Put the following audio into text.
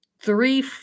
three